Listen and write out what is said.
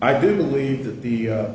i do believe that the